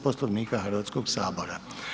Poslovnika Hrvatskog sabora.